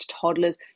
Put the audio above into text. Toddlers